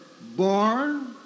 Born